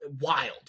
wild